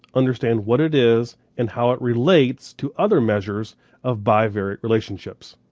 understand what it is, and how it relates to other measures of bivariate relationships.